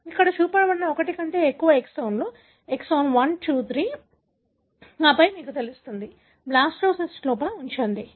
ఇక్కడ ఇక్కడ చూపబడినది ఒకటి కంటే ఎక్కువ ఎక్సాన్లు ఎక్సాన్ 1 2 3 ఆపై మీకు తెలుస్తుంది బ్లాస్టోసిస్ట్ లోపల ఉంచండి